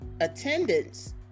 attendance